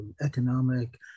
economic